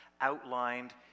outlined